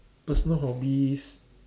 personal hobbies